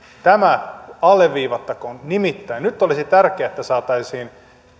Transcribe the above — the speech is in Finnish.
tämä alleviivattakoon nimittäin nyt olisi tärkeää että saataisiin